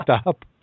stop